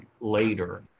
later